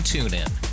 TuneIn